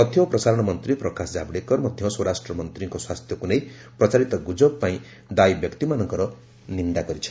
ତଥ୍ୟ ଓ ପ୍ରସାରଣ ମନ୍ତ୍ରୀ ପ୍ରକାଶ ଜାଭଡେକର ମଧ୍ୟ ସ୍ୱରାଷ୍ଟ୍ର ମନ୍ତ୍ରୀଙ୍କ ସ୍ୱାସ୍ଥ୍ୟକୁ ନେଇ ପ୍ରଚାରିତ ଗୁଜବ ପାଇଁ ଦାୟି ବ୍ୟକ୍ତିମାନଙ୍କର ନିନ୍ଦା କରିଚ୍ଛନ୍ତି